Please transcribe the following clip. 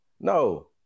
no